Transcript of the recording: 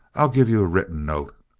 i'll give you a written note.